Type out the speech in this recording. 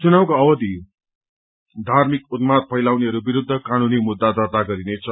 चुनावको अवधि धार्मिक उन्माद फैलाउनेहरू विरूद्ध कानूनी मुद्धा दर्त्ता गरिनेछ